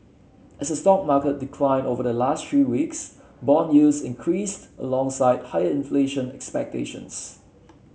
as the stock market declined over the last three weeks bond yields increased alongside higher inflation expectations